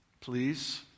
please